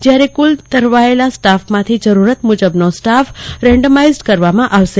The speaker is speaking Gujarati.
જયારે કુલ તારવાયેલ સ્ટાફ માંથી જરૂરત મુજબનો સ્ટાફ રેન્ડમાઈઝ કરવામાં આવશે